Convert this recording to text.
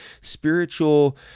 spiritual